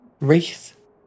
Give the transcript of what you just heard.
Wreath